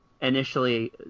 initially